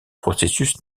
processus